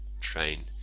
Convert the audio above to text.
train